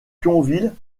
thionville